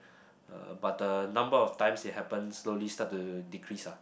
uh but the number of times it happens slowly start to decrease ah